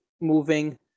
moving